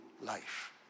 life